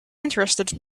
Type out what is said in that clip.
interested